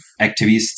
activists